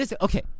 Okay